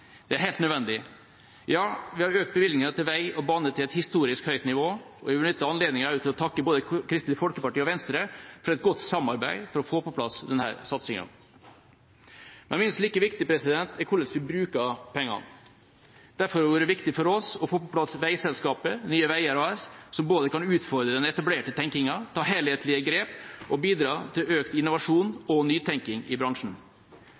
Det er helt nødvendig. Ja, vi har økt bevilgningene til vei og bane til et historisk høyt nivå, og jeg vil benytte anledningen til å takke både Kristelig Folkeparti og Venstre for et godt samarbeid for å få på plass denne satsingen. Men minst like viktig er hvordan vi bruker pengene. Derfor har det vært viktig for oss å få på plass veiselskapet Nye Veier AS, som både kan utfordre den etablerte tenkingen, ta helhetlige grep og bidra til økt innovasjon og nytenking i bransjen.